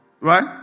right